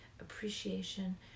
appreciation